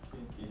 okay okay